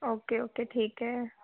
okay okay ठीक है